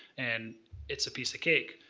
and it's a piece of cake.